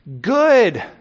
good